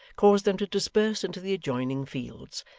caused them to disperse into the adjoining fields,